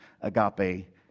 agape